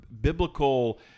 biblical